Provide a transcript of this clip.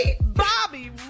Bobby